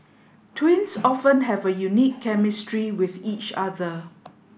twins often have a unique chemistry with each other